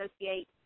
associate